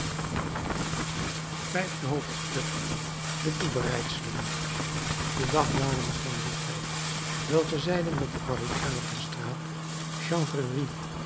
vijfde hoofdstuk de toebereidselen de dagbladen van dien tijd welke zeiden dat de barricade der straat chanvrerie